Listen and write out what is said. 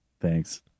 Thanks